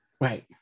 Right